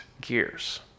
gears